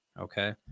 Okay